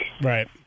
right